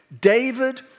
David